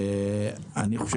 אני חושב